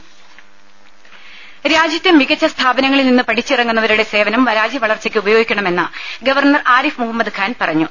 ദേദ രാജ്യത്തെ മികച്ച സ്ഥാപനങ്ങളിൽ നിന്ന് പഠിച്ചിറങ്ങന്നുവരുടെ സേവനം രാജ്യവളർച്ചയ്ക്ക് ഉപയോഗിക്കണമെന്ന് ഗവർണർ ആരിഫ് മുഹമ്മദ്ഖാൻ പറഞ്ഞു